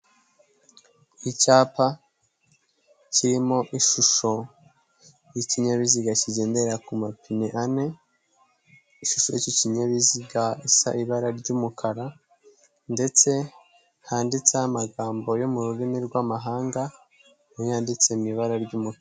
Icyapa kirimo ishusho y'ikinyabiziga kigendera ku mapine ane, ishusho y'iki kinyabiziga isa ibara ry'umukara ndetse handitseho amagambo yo mu rurimi rw'amahanga niyo yanditse mu ibara ry'umukara.